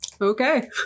Okay